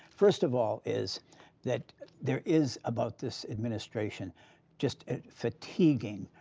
first of all is that there is about this administration just a fatiguing,